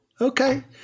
Okay